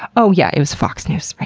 oh, yeah, it was fox news. right.